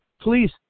please